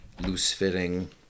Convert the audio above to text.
loose-fitting